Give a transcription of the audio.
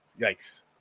Yikes